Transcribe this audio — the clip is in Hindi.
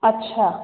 अच्छा